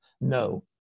no